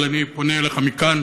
אבל אני פונה אליך מכאן.